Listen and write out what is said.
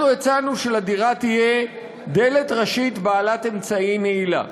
אנחנו הצענו שלדירה תהיה דלת ראשית בעלת אמצעי נעילה.